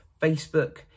Facebook